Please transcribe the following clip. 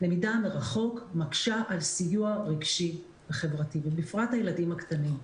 למידה מרחוק מקשה על סיוע רגשי וחברתי ובפרט לילדים הקטנים.